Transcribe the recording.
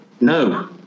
no